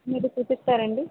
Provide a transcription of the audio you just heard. మీరు చూపిస్తారా అండి